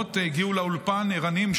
רשימת הדוברים סגורה.